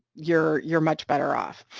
you're you're much better off.